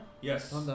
Yes